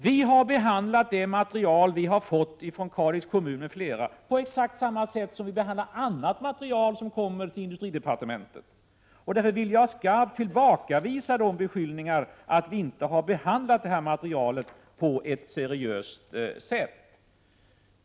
Vi har behandlat det material som vi har fått från bl.a. Kalix kommun på exakt samma sätt som vi behandlar annat material som kommer till industridepartementet. Därför vill jag skarpt tillbakavisa beskyllningarna om att vi inte har behandlat det här materialet på ett seriöst sätt.